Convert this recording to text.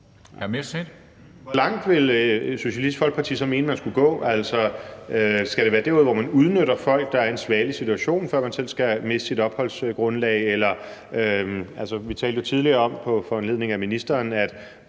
Hvor langt ville Socialistisk Folkeparti så mene at man skulle gå? Skal det være der, hvor man udnytter folk, der er i en svagelig situation, før man selv skal miste sit opholdsgrundlag? Altså, vi talte tidligere om på foranledning af ministeren, at